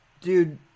dude